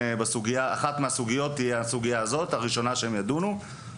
כשאחת הסוגיות הראשונות בה הם ידונו תהיה הסוגיה הזו.